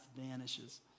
vanishes